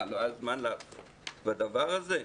מה, לא היה זמן לדבר הזה?